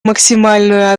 максимальную